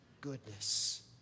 goodness